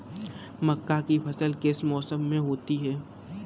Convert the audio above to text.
मक्का की फसल किस मौसम में होती है?